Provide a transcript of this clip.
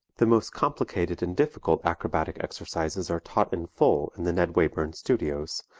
the most complicated and difficult acrobatic exercises are taught in full in the ned wayburn studios,